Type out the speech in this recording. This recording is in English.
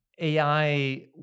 AI